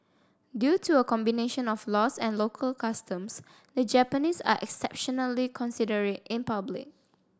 due to a combination of laws and local customs the Japanese are exceptionally considerate in public